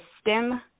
STEM